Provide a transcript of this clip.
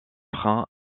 frein